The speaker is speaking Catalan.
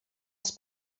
els